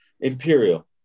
imperial